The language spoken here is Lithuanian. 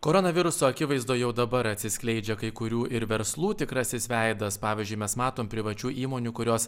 koronaviruso akivaizdoj jau dabar atsiskleidžia kai kurių ir verslų tikrasis veidas pavyzdžiui mes matom privačių įmonių kurios